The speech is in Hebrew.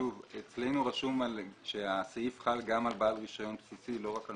אצלנו רשום שהסעיף חל גם על בעל רישיון בסיסי ולא רק על